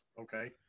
okay